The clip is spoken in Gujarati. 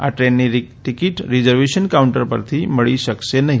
આ ટ્રેનની ટિકીટ રિઝર્વેશન કાઉન્ટર પરથી મળી શકશે નહી